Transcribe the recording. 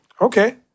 Okay